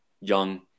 young